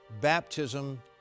baptism